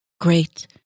great